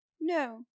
No